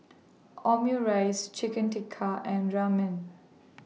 Omurice Chicken Tikka and Ramen